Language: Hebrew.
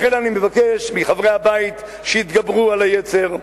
לכן אני מבקש מחברי הבית שיתגברו על היצר,